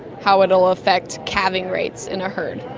how it will affect calving rates in a herd.